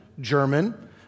German